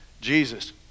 Jesus